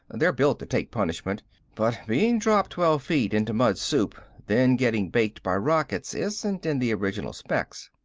they're built to take punishment but being dropped twelve feet into mud soup, then getting baked by rockets isn't in the original specs.